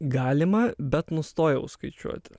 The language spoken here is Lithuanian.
galima bet nustojau skaičiuoti